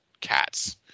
cats